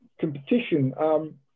Competition